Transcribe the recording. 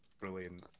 brilliant